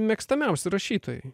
mėgstamiausi rašytojai